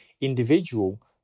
individual